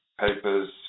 papers